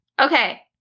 Okay